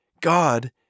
God